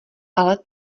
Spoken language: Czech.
ale